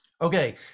Okay